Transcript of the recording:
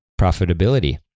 profitability